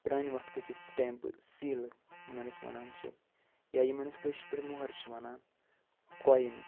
پرٛانہِ وقتٕچہٕ سِٹٮ۪مپہٕ سیٖلہٕ یِمن أسۍ وَنان چھِ یا یِمن أسۍ کٲشِرۍ پٲٹھۍ مۄہر چھِ وَنان کۄینہٕ